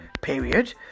period